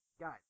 guys